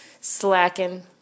slacking